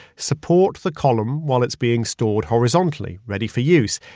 support the column while it's being stored horizontally ready for use.